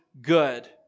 good